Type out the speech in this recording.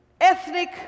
ethnic